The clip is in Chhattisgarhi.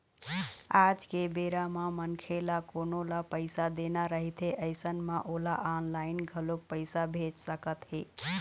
आज के बेरा म मनखे ल कोनो ल पइसा देना रहिथे अइसन म ओला ऑनलाइन घलोक पइसा भेज सकत हे